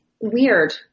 weird